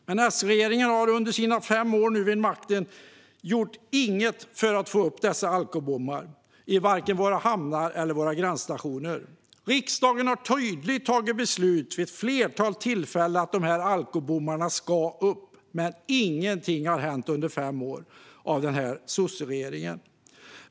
Men S-regeringen har nu vid sina fem år vid makten inte gjort något för att få upp dessa alkobommar i våra hamnar eller vid våra gränsstationer. Riksdagen har vid ett flertal tillfällen fattat tydliga beslut om att alkobommarna ska upp, men ingenting har hänt under fem år med denna sosseregering.